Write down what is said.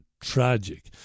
tragic